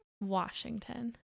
Washington